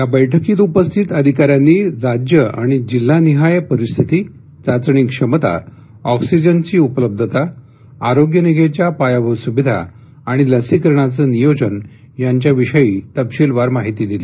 या बैठकीत उपस्थित अधिकाऱ्यांनी राज्य आणि जिल्हा निहाय परिस्थिती चाचणी क्षमता ऑक्सीजनची उपलब्धता आरोग्य निगेच्या पायाभूत सुविधा आणि लसीकरणाचं नियोजन यांच्याविषयी तपशिलवार माहिती दिली